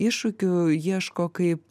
iššūkių ieško kaip